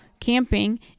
camping